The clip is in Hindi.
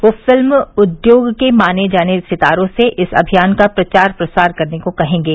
वे फिल्म उद्योग के जाने माने सितारों से इस अभियान का प्रचार प्रसार करने को कहेंगे